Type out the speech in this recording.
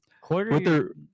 quarter